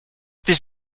this